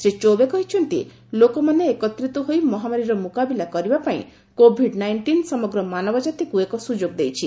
ଶ୍ରୀ ଚୌବେ କହିଛନ୍ତି ଲୋକମାନେ ଏକତ୍ରିତ ହୋଇ ମହାମାରୀର ମୁକାବିଲା କରିବା ପାଇଁ କୋଭିଡ୍ ନାଇଷ୍ଟିନ୍ ସମଗ୍ର ମାନବ ଜାତିକୁ ଏକ ସୁଯୋଗ ଦେଇଛି